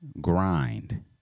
Grind